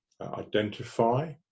identify